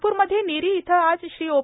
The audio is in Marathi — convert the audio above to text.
नागप्रमध्ये नीर्रा इथं आज श्री ओ